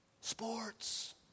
Sports